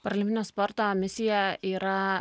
paralimpinio sporto misija yra